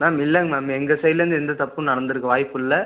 ma'am இல்லைங்க ma'am எங்கள் சைடுலேருந்து எந்த தப்பும் நடந்திருக்க வாய்ப்பு இல்லை